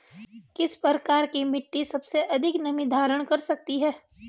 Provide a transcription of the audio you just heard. किस प्रकार की मिट्टी सबसे अधिक नमी धारण कर सकती है?